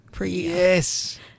Yes